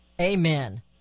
Amen